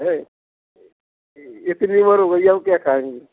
है इतनी उम्र हो गई अब क्या खाएँगे